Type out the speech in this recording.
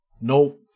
Nope